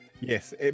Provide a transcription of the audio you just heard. Yes